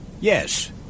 Yes